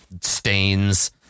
stains